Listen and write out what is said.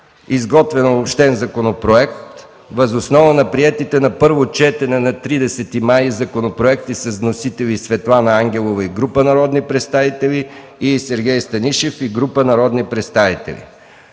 Изготвен е обобщен законопроект въз основа на приетите на първо четене на 30 май тази година законопроекти с вносители Светлана Ангелова и група народни представители и Сергей Станишев и група народни представители.